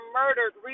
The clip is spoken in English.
murdered